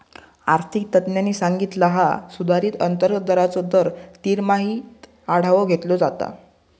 आर्थिक तज्ञांनी सांगितला हा सुधारित अंतर्गत दराचो दर तिमाहीत आढावो घेतलो जाता